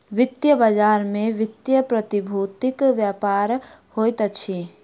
वित्तीय बजार में वित्तीय प्रतिभूतिक व्यापार होइत अछि